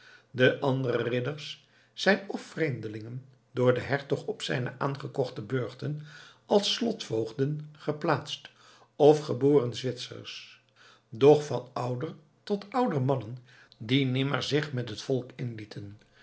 de andere ridders zijn f vreemdelingen door den hertog op zijne aangekochte burchten als slotvoogden geplaatst f geboren zwitsers doch van ouder tot ouder mannen die nimmer zich met het volk inlieten